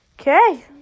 Okay